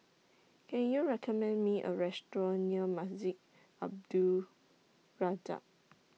Can YOU recommend Me A Restaurant near Masjid Abdul Razak